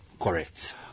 Correct